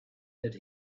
that